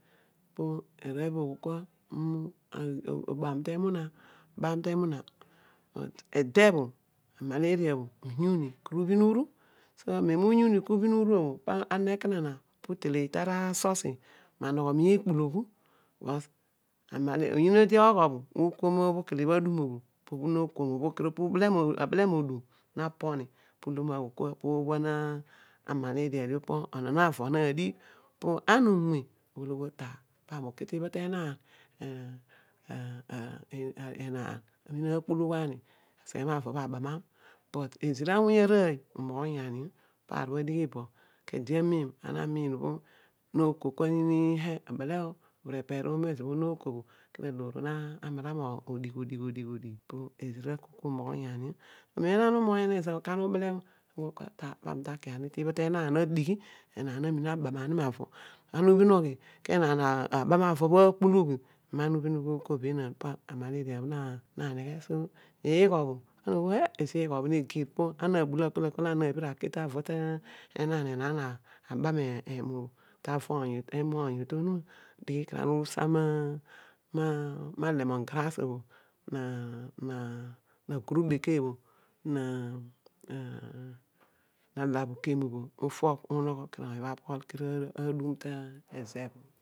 Am an obam te emuna ubam te emuna eede bho, amalaria bho unyuni ku ubhin uru so, ezo bho unyuni ku ubhin uru obho pana na need oreleay ta ara asosi, manogho miikpulughu bkos ogho okuom obho kele bho adun obho kedio ubele mudum na poni pu loghon aghol kua oobhona amaleria dio onon avo nadigh pana onwe ida pami uki tiibha teenaan anwe akpulughu ani aseghe mavo obho abamam but ezira awuny arooy umoghonyan io paar bho adighi bo ke edi amen nooko lana nini bele oh, obherepeer omo bezo bho noko bho aloar bho na mara mo odigh digh odigh, peezi ra ku umoghonyan io amen ana umoghonya ezo kidio ana ubele pana omina ugho! Ta ami ta ki ani tibho teenaan enaan amin na dighi ani, ana ubhin ughi ke enaan abam avo bho akpulughu, amen ubhin ughi kua be pa amaleria na dua, igho obho eh, pizi igho na gir ana na bulo akon, kot ana na bhira aki ta avo teenaan, enaan abam emugh odi tavo oony obho to numa den kedio ana usa ma lemon grass obho na guru beke bho, na labukem obho kedio ufogh unogh kedio oony obho adum tezigh obho.